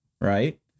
right